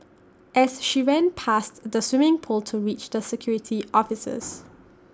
as she ran past the swimming pool to reach the security officers